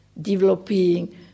developing